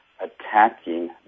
attacking